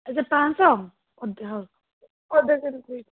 ଆଚ୍ଛା ପାଞ୍ଚଶହ ଅଧ ହଉ ଅଧ କେ ଜି ଦେଇ